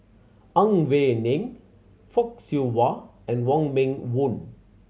Ang Wei Neng Fock Siew Wah and Wong Meng Voon